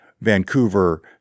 Vancouver